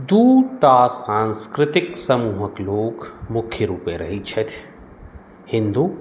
दू टा सांस्कृतिक समूहक लोक मुख्य रूपे रहैत छथि हिन्दू